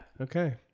Okay